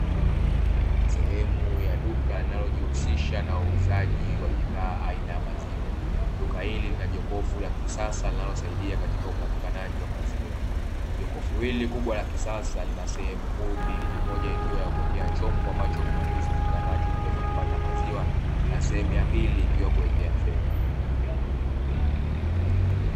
Sehemu ya duka linalojihusisha na uuzaji wa bidhaa aina ya maziwa. Duka hili lina jokofu la kisasa linalosaidia katika upatikanaji wa maziwa. Jokofu hili kubwa la kisasa lina sehemu kuu mbili, moja ikiwa ya kuwekea chombo ambacho mnunuzi hufika nacho ili kuweza kupata maziwa na sehemu ya pili ikiwa kuwekea fedha.